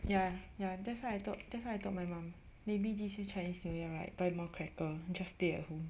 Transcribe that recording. ya ya that's why I thought that's what I told my mum maybe this year chinese new year right buy more cracker just stay at home